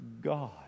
God